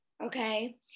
Okay